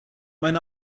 meine